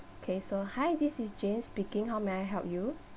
okay so hi this is jenny speaking how may I help you